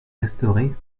restaurés